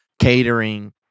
catering